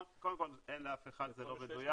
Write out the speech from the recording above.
קודם כל אין לאף אחד זה לא מדויק,